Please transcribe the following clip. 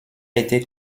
été